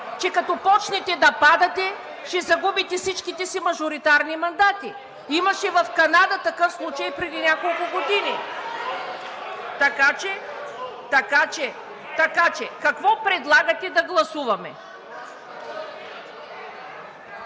че като започнете да падате, ще загубите всичките си мажоритарни мандати. Имаше в Канада такъв случай преди няколко години. (Шум и реплики.) Така че какво предлагате да гласуваме?